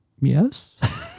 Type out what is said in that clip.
yes